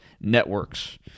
networks